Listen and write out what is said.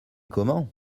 comment